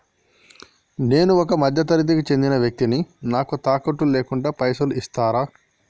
నేను ఒక మధ్య తరగతి కి చెందిన వ్యక్తిని నాకు తాకట్టు లేకుండా పైసలు ఇస్తరా?